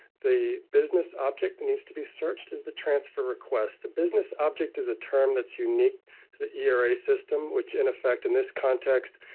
the business object needs to be searched is the transfer request. the business object, is a term that's unique to the era system, which in effect in this context,